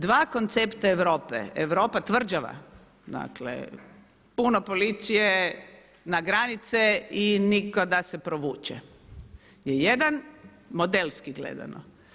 Dva koncepta Europe, Europa tvrđava, dakle puno policije na granice i nitko da se provuče je jedan modelski gledano.